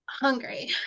hungry